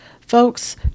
folks